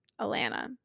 Alana